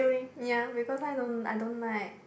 ya because I don't I don't like